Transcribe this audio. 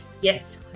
Yes